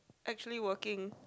actually working